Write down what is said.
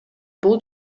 бул